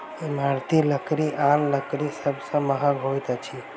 इमारती लकड़ी आन लकड़ी सभ सॅ महग होइत अछि